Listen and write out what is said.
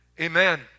Amen